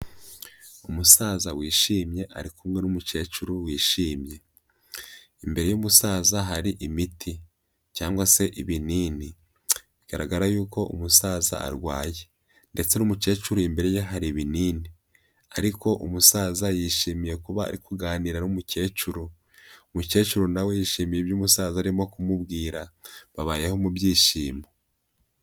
Umusaza wishimye ari kumwe n'umukecuru wishimye. Imbere y'umusaza hari imiti cyangwa se ibinini. Bigaragara yuko umusaza arwaye ndetse n'umukecuru imbere ye hari ibinini ariko umusaza yishimiye kuba ari kuganira n'umukecuru. Umukecuru na we yishimiye ibyo umusaza arimo kumubwira. Babayeho mu byishimo.